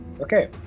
Okay